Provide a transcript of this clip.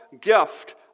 gift